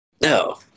No